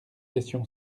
question